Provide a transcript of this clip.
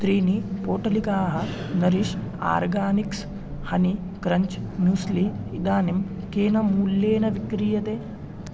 त्रीणि पोटलिकाः Nourish Organics honey crunch muesli इदानीं केन मूल्येन विक्रीयते